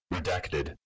Redacted